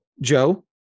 Joe